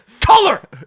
Color